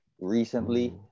recently